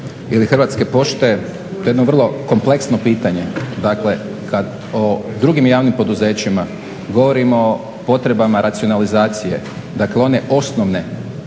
Hrvatske pošte to je jedno vrlo kompleksno pitanje. Dakle, kad o drugim javnim poduzećima govorimo o potrebama racionalizacije, dakle one osnovne